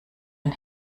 und